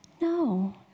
No